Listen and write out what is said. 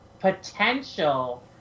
potential